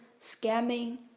scamming